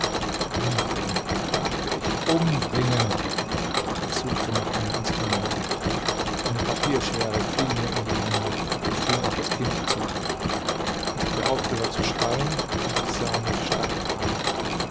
umbringen dachte ich umbringen ich suchte nach einem instrumente eine papierschere fiel mir in die hände ich ging auf das kind zu es hatte aufgehört zu schreien und sah mich starr an